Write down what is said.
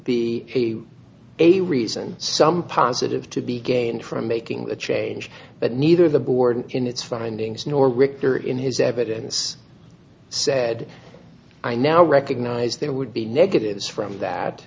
be a reason some positive to be gained from making the change but neither the board in its findings nor richter in his evidence said i now recognize there would be negatives from that